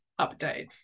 update